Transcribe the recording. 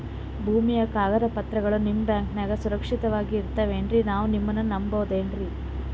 ಭೂಮಿಯ ಕಾಗದ ಪತ್ರಗಳು ನಿಮ್ಮ ಬ್ಯಾಂಕನಾಗ ಸುರಕ್ಷಿತವಾಗಿ ಇರತಾವೇನ್ರಿ ನಾವು ನಿಮ್ಮನ್ನ ನಮ್ ಬಬಹುದೇನ್ರಿ?